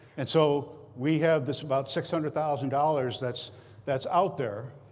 and so we have this about six hundred thousand dollars that's that's out there.